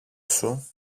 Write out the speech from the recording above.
σου